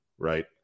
right